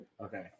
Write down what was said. Okay